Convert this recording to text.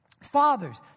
Fathers